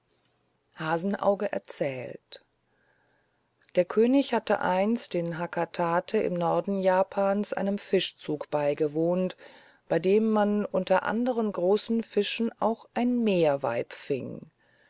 hasenauge erzählt der könig hatte einst in hakatate im norden japans einem fischzug beigewohnt bei dem man unter anderen großen fischen auch ein meerweib fing